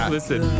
Listen